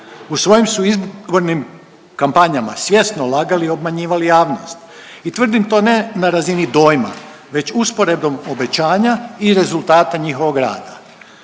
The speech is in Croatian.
U svojim su izbornim kampanjama svjesno lagali i obmanjivali javnost i tvrdim to ne na razini dojma već usporedbom obećanja i rezultata njihovog rada.